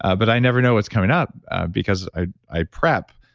ah but i never know what's coming up because i i prep,